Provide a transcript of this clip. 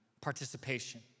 participation